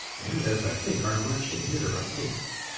and, as i think, are marching hither apace.